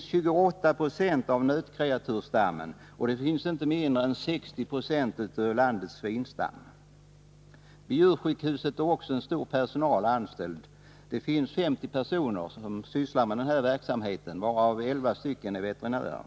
28 20 av nötkreatursstammen och inte mindre än 60 96 av landets hela svinstam. Vid djursjukhuset finns 50 personer anställda, varav 11 veterinärer.